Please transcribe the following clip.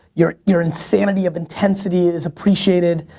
your your insanity of intensity is appreciated,